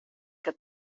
que